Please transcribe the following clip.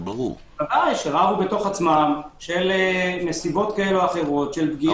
הם רבו בתוך עצמם, מסיבות כאלה ואחרות, של פגיעה,